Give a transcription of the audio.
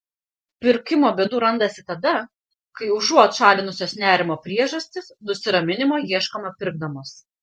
pirkimo bėdų randasi tada kai užuot šalinusios nerimo priežastis nusiraminimo ieškome pirkdamos